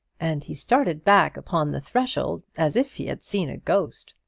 and he started back upon the threshold as if he had seen a ghost.